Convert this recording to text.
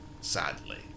sadly